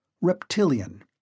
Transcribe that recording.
reptilian